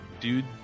Dude